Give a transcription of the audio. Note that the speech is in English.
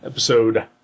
Episode